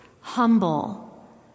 humble